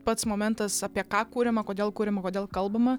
pats momentas apie ką kuriama kodėl kuriama kodėl kalbama